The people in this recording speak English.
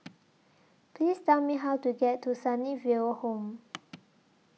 Please Tell Me How to get to Sunnyville Home